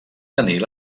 tenir